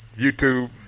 YouTube